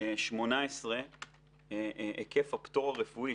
2018 היקף הפטור הרפואי,